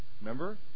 Remember